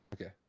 Okay